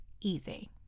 easy